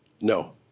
No